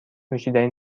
نوشیدنی